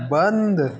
बंद